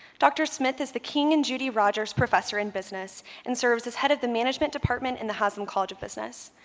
dr. smith is the king and judy rogers professor in business and serves as head of the management department in the haslam college of business.